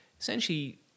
Essentially